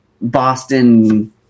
boston